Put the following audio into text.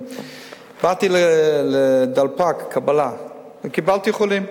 באתי לדלפק הקבלה וקיבלתי חולים.